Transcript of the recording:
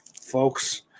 folks